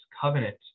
covenant